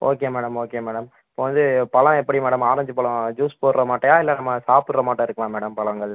okay madam okay madam இப்போ வந்து பழம் எப்படி மேடம் ஆரஞ்சு பழம் ஜூஸ் போடுகிற மாட்டயா இல்லை நம்ம சாப்பிடுறமாட்டம் இருக்குமா மேடம் பழங்கள்